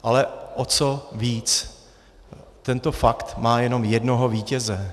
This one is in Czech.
Ale o co víc, tento fakt má jenom jednoho vítěze.